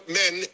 men